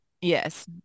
Yes